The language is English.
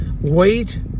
wait